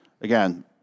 Again